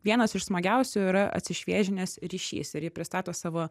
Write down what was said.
vienas iš smagiausių yra atsišviežinęs ryšys ir ji pristato savo